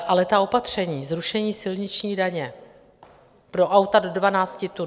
Ale ta opatření zrušení silniční daně pro auta do 12 tun.